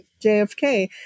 JFK